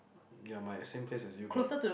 ya my same place as you but